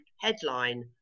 headline